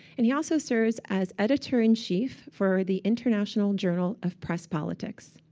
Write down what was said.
and he also serves as editor in chief for the international journal of press politics.